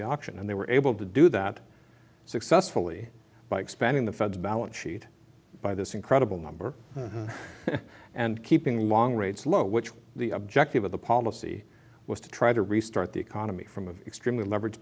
the auction and they were able to do that successfully by expanding the fed's balance sheet by this incredible number and keeping long rates low which the objective of the policy was to try to restart the economy from of extremely leverage